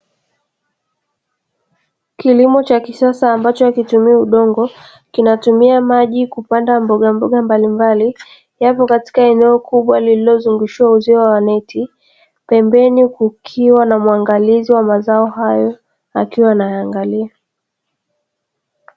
Kilimo cha kisas ambacho hakitumii udonvo kinatumia maji kwa umwagiliaj kikiwa kimezungukwa na neti huku pembeni kuna msimamiaji wa mazao hayo